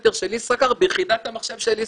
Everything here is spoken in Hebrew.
סנטר של ישראכרט ביחידת המחשב של ישראכרט.